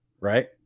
Right